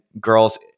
girls